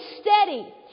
steady